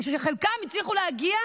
שחלקם הצליחו להגיע